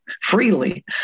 freely